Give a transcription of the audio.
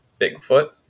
Bigfoot